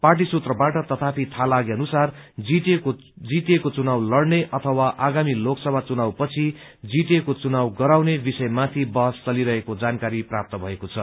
party सूत्रबाट तथापि थाहा लागे अनुसार जीटीएको चुनाव लड़ने अथवा आगामी लोकसभा चुनाव पछि जीटीएको चुनाव गराउने विषयमाथि बहस चलिरहेको जानकारी प्राप्त भएको छ